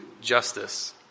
justice